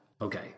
Okay